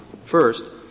First